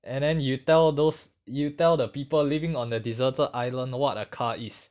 and then you tell those you tell the people living on the deserted island what a car is